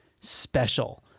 special